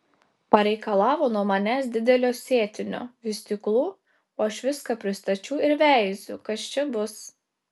pareikalavo nuo manęs didelio sėtinio vystyklų aš viską pristačiau ir veiziu kas čia bus